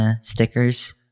Stickers